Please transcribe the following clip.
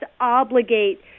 obligate